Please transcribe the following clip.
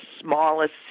smallest